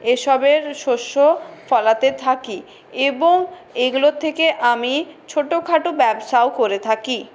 এসবের শস্য ফলাতে থাকি এবং এগুলোর থেকে আমি ছোটো খাটো ব্যবসাও করে থাকি